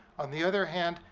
on the other hand,